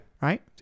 Right